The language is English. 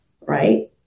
right